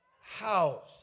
house